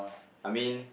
I mean